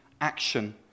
action